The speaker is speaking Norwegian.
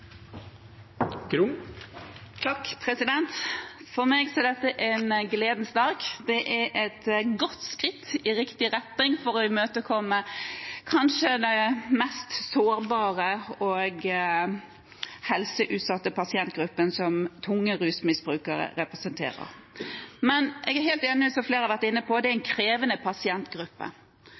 ikke justisvesenet. For meg er dette en gledens dag. Det er et godt skritt i riktig retning for å imøtekomme den kanskje mest sårbare og helseutsatte pasientgruppen som tunge rusmisbrukere representerer. Men jeg er helt enig i, som flere har vært inne på, at det er en krevende pasientgruppe.